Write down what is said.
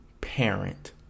parent